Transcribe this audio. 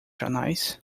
jornais